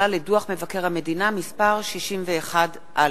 אני מתכבד לפתוח את ישיבת הכנסת.